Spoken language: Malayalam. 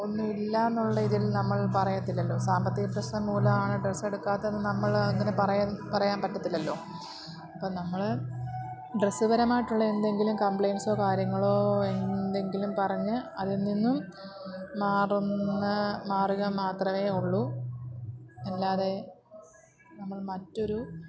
ഒന്നും ഇല്ലാന്നുള്ള ഇതിൽ നമ്മൾ പറയത്തില്ലല്ലോ സാമ്പത്തിക പ്രശ്നം മൂലമാണ് ഡ്രെസ്സെടുക്കാത്തത് നമ്മൾ അങ്ങനെ പറയാൻ പറയാൻ പറ്റത്തില്ലല്ലോ അപ്പം നമ്മൾ ഡ്രസ്സ് പരമായിട്ടുള്ള എന്തെങ്കിലും കംപ്ലെയ്ൻസോ കാര്യങ്ങളോ എന്തെങ്കിലും പറഞ്ഞ് അതിൽ നിന്നും മാറുന്ന മാറുക മാത്രമേ ഉള്ളു അല്ലാതെ നമ്മൾ മറ്റൊരു